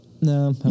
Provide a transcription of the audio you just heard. No